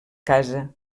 casa